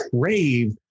crave